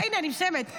הינה, אני מסיימת.